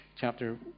chapter